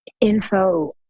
info